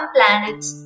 Planets